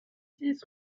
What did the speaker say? six